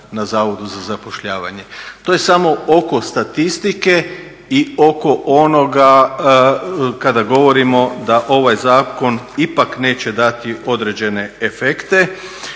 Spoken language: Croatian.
na Zavodu za zapošljavanje. To je samo oko statistike i oko onoga kada govorimo da ovaj zakon ipak neće dati određene efekte.